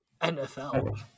NFL